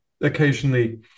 occasionally